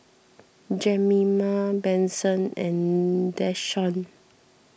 Jemima Benson and Dashawn